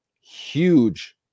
Huge